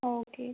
okay